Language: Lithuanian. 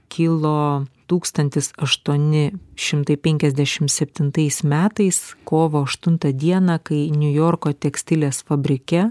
kilo tūkstantis aštuoni šimtai penkiasdešimt septintais metais kovo aštuntą dieną kai niujorko tekstilės fabrike